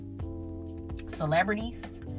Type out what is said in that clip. celebrities